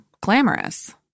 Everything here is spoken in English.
glamorous